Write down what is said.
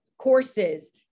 courses